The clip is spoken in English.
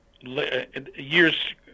years